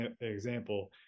example